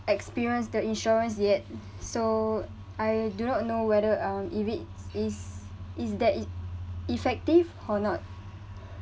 experience the insurance yet so I do not know whether um if it is is that e~ effective or not